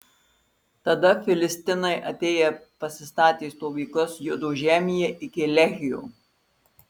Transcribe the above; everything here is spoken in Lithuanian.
tada filistinai atėję pasistatė stovyklas judo žemėje iki lehio